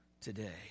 today